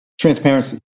Transparency